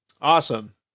Awesome